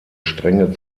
strenge